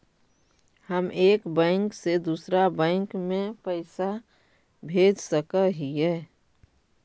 हम एक बैंक से दुसर बैंक में पैसा भेज सक हिय?